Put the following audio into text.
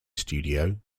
studio